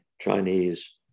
Chinese